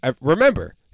remember